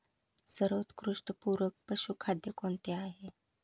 सर्वोत्कृष्ट पूरक पशुखाद्य कोणते आहे?